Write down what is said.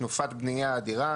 תנופת בניה אדירה,